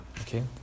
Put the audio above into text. Okay